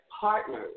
partners